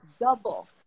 double